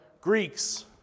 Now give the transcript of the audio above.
greeks